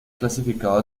clasificado